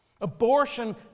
abortion